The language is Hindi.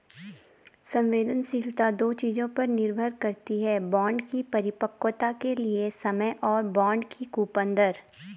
संवेदनशीलता दो चीजों पर निर्भर करती है बॉन्ड की परिपक्वता के लिए समय और बॉन्ड की कूपन दर